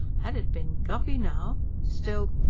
had it been guppy now. still,